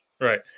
Right